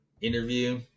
interview